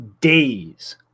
days